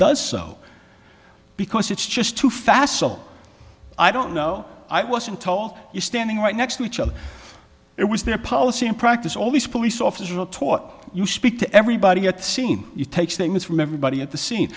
does so because it's just too fast so i don't know i wasn't told you standing right next to each other it was their policy in practice always police officers are taught you speak to everybody at scene you take statements from everybody at the scene